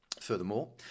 Furthermore